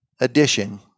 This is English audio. Edition